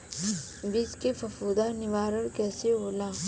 बीज के फफूंदी निवारण कईसे होला?